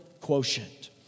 quotient